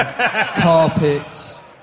carpets